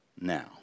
now